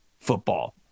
football